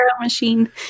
machine